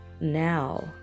now